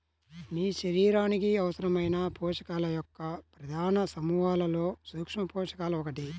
మీ శరీరానికి అవసరమైన పోషకాల యొక్క ప్రధాన సమూహాలలో సూక్ష్మపోషకాలు ఒకటి